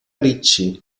ricci